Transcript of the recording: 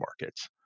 markets